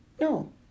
No